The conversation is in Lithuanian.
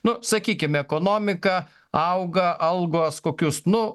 nu sakykim ekonomika auga algos kokius nu